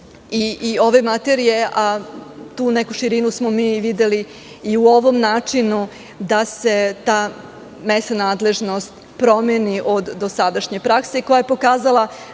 i ove materije, a tu neku širinu smo mi videli i u ovom načinu da se ta mesna nadležnost promeni od dosadašnje prakse, koja je pokazala